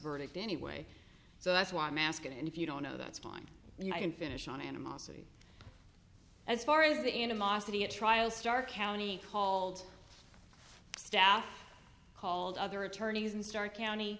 verdict anyway so that's why i'm asking and if you don't know that's gone you can finish on animosity as far as the animosity a trial stark county called staff called other attorneys in stark county